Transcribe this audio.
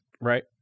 Right